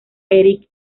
eric